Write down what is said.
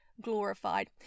glorified